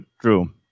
True